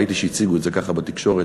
ראיתי שהציגו את זה ככה בתקשורת,